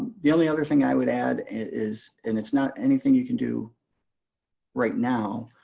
the only other thing i would add is and it's not anything you can do right now,